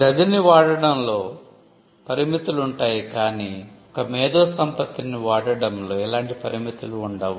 గదిని వాడటంలో పరిమితులుంటాయి కాని ఒక మేధో సంపత్తిని వాడటంలో ఎలాంటి పరిమితులు ఉండవు